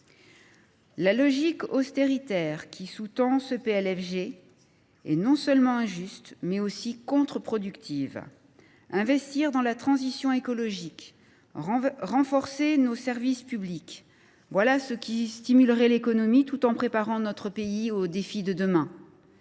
La logique austéritaire qui sous tend ce PLFG est non seulement injuste, mais aussi contre productive. Investir dans la transition écologique, renforcer nos services publics, voilà ce qui stimulerait l’économie tout en préparant notre pays aux défis de demain